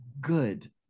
good